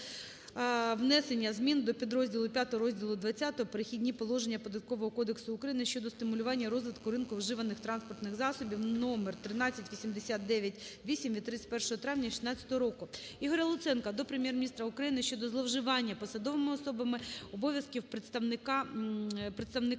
внесення змін до підрозділу 5 розділу ХХ "Перехідні положення" Податкового кодексу України щодо стимулювання розвитку ринку вживаних транспортних засобів" №1389-VIII від 31 травня 2016 року. Ігоря Луценка до Прем'єр-міністра України щодо зловживання посадовими особами обов'язків представниками